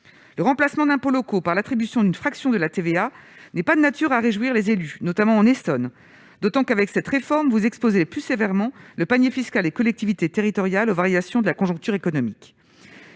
Le remplacement d'impôts locaux par l'attribution d'une fraction de TVA n'est pas de nature à réjouir les élus, notamment en Essonne, d'autant que, avec cette réforme, vous exposez plus sévèrement le panier fiscal des collectivités territoriales aux variations de la conjoncture économique.